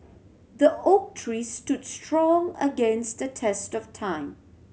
the oak tree stood strong against the test of time